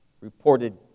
reported